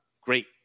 great